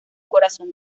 corazón